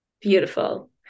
Beautiful